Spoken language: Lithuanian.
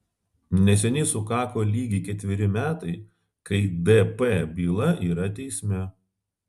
neseniai sukako lygiai ketveri metai kai dp byla yra teisme